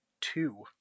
two